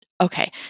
Okay